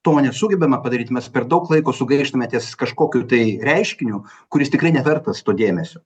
to nesugebame padaryt mes per daug laiko sugaištame ties kažkokiu tai reiškiniu kuris tikrai nevertas to dėmesio